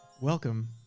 welcome